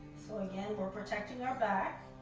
so again, we're protecting our back.